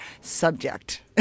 subject